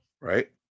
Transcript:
Right